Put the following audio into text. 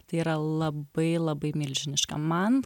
tai yra labai labai milžiniška man